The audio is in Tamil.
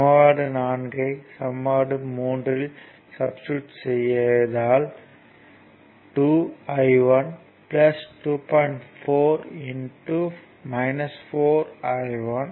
சமன்பாடு ஐ சமன்பாடு இல் சப்ஸ்டிட்யூட் செய்தால் 2 I 1 2